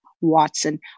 Watson